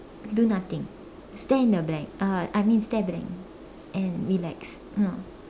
do nothing stare in the blank uh I mean stare blank and relax ya